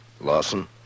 Lawson